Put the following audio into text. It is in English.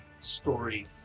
story